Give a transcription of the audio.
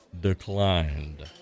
declined